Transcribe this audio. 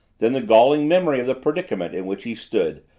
then the galling memory of the predicament in which he stood,